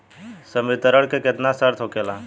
संवितरण के केतना शर्त होखेला?